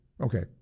Okay